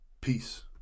Peace